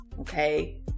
okay